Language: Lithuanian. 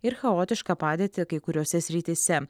ir chaotišką padėtį kai kuriose srityse